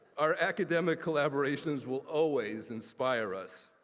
our academic collaborations will always inspire us.